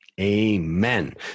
Amen